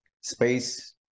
Space